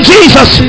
Jesus